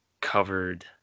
covered